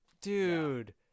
dude